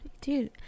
Dude